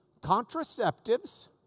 contraceptives